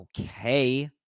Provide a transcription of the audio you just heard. Okay